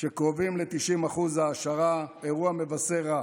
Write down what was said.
קרובים ל-90% העשרה, אירוע מבשר רע.